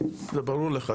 זה ברור לך,